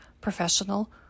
professional